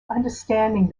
understanding